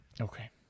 Okay